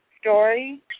story